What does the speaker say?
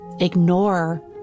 ignore